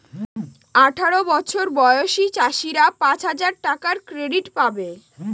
আঠারো বছর বয়সী চাষীরা পাঁচ হাজার টাকার ক্রেডিট পাবে